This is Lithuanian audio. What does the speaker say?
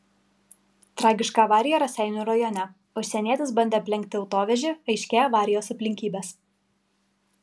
tragiška avarija raseinių rajone užsienietis bandė aplenkti autovežį aiškėja avarijos aplinkybės